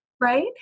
Right